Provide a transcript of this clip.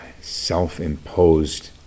self-imposed